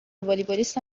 والیبالیست